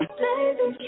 baby